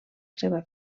seva